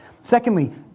Secondly